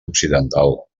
occidental